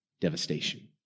devastation